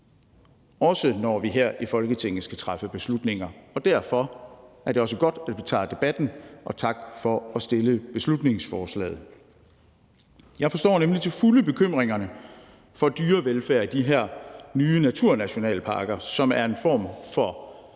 også når vi her i Folketinget skal træffe beslutninger. Derfor er det også godt, at vi tager debatten, og tak for at fremsætte beslutningsforslaget. Jeg forstår nemlig til fulde bekymringerne for dyrevelfærd i de her nye naturnationalparker, som er en form for